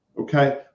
Okay